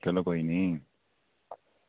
चलो कोई निं